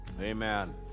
Amen